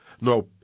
no